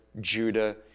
Judah